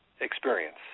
experience